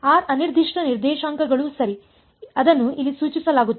r ಅನಿರ್ದಿಷ್ಟ ನಿರ್ದೇಶಾಂಕಗಳು ಸರಿ ಅದನ್ನು ಇಲ್ಲಿ ಸೂಚಿಸಲಾಗುತ್ತದೆ